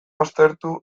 aztertu